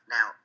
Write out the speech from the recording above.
Now